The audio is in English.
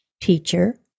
teacher